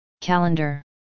calendar